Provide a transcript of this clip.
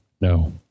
No